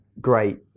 great